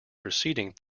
preceding